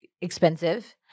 expensive